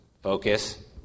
Focus